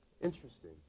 Interesting